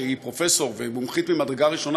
שהיא פרופסור ומומחית ממדרגה ראשונה,